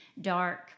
dark